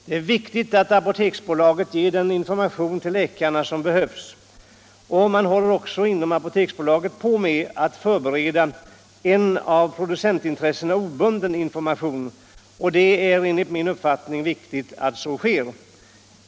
Det är viktigt att Apoteksbolaget ger den information till läkarna som behövs. Man håller också inom Apoteksbolaget på att förbereda en av producentintressen obunden information. Det är enligt min uppfattning viktigt att så sker.